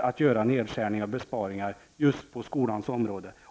att göra nedskärningar och besparingar på skolans område.